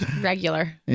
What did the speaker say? Regular